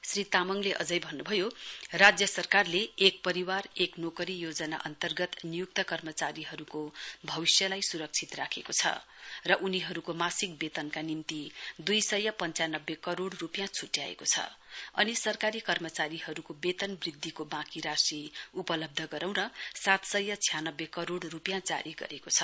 श्री तामङले अझै भन्नुभयो राज्य सरकारले एक परिवार एक नोकरी योजना अन्तर्गत नियुक्त कर्मचारीहरुको भविष्यलाई सुरक्षित राखेको छ र उनीहरुको मासिक वेतनका निम्ति दुई सय पञ्चानब्बे करोड़ रुपियाँ छुट्याएको छ अनि सरकारी कर्मचारीहरुको वेतन वृध्दिको वाँकी राशी उपलब्ध गराउन सात सय छ्यानब्बे करोड़ रुपियाँ जारी गरेको छ